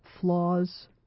flaws